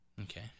Okay